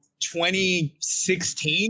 2016